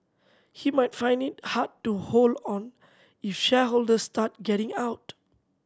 he might find it hard to hold on if shareholders start getting out